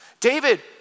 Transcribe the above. David